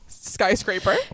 Skyscraper